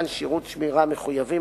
בעלי חברות למתן שירותי שמירה מחויבים